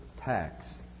tax